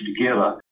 together